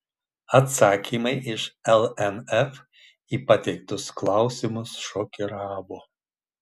atsakymai iš lnf į pateiktus klausimus šokiravo